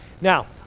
Now